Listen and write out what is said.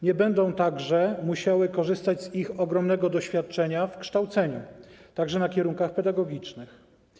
Nie będą także musiały korzystać z ich ogromnego doświadczenia w kształceniu także na kierunkach pedagogicznych.